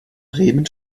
bremen